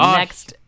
next